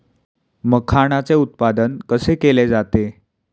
मखाणाचे उत्पादन कसे केले जाते?